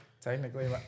technically